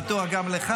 בטוח גם לך.